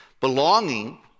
belonging